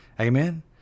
Amen